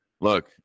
look